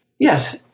Yes